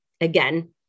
again